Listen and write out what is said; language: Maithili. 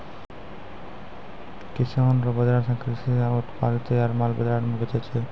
किसानो रो बाजार से कृषि से उत्पादित तैयार माल बाजार मे बेचै छै